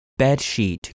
bedsheet